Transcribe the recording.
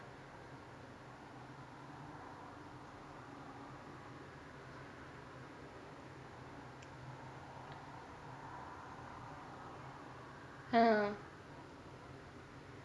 !huh!